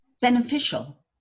beneficial